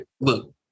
look